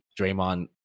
Draymond